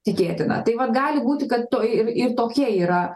tikėtina tai vat gali būti kad to ir ir tokie yra